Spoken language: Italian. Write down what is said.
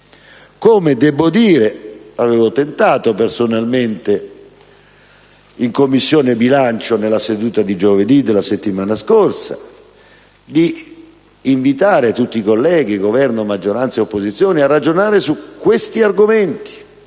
Devo dire che avevo tentato personalmente, in Commissione bilancio, nella seduta di giovedì della settimana scorsa, di invitare tutti i colleghi, Governo, maggioranza e opposizione, a ragionare su questi argomenti,